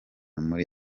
muri